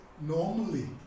normally